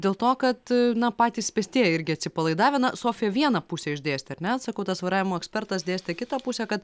dėl to kad na patys pėstieji irgi atsipalaidavę na sofija vieną pusę išdėstė ar ne sakau tas vairavimo ekspertas dėstė kitą pusę kad